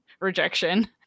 rejection